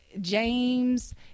James